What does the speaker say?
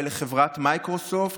לחברת מיקרוסופט,